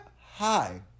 hi